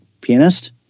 pianist